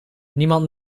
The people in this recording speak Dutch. niemand